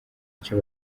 icyo